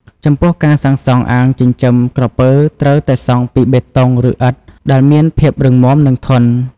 ចំពោះការសង់អាងចិញ្ចឹមក្រពើត្រូវតែសង់ពី បេតុង ឬ ឥដ្ឋ ដែលមានភាពរឹងមាំ និងធន់។